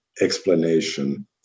explanation